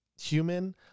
human